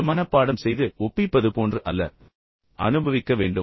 இது மனப்பாடம் செய்து பின் அப்படியே ஒப்பிப்பது போன்று அல்ல நீங்கள் அனுபவிக்க வேண்டும்